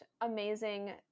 amazing